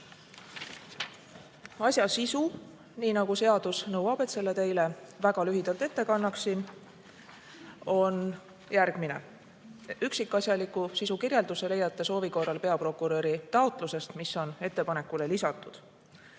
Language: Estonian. Asja sisu, nii nagu seadus nõuab, et selle teile väga lühidalt ette kannaksin, on järgmine. Üksikasjaliku sisukirjelduse leiate soovi korral peaprokuröri taotlusest, mis on ettepanekule lisatud.